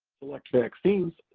select vaccines,